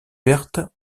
perte